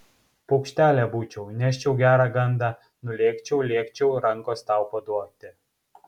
paukštelė būčiau neščiau gerą gandą nulėkčiau lėkčiau rankos tau paduoti